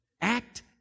act